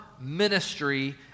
ministry